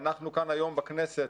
אנחנו כאן היום בכנסת,